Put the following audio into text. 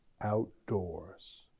outdoors